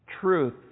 truth